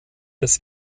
des